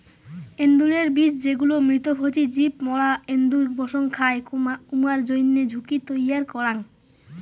এন্দুরের বিষ যেগুলা মৃতভোজী জীব মরা এন্দুর মসং খায়, উমার জইন্যে ঝুঁকি তৈয়ার করাং